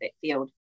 field